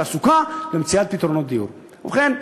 תעסוקה ומציאת פתרונות דיור"; ובכן,